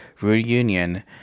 reunion